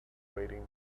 wading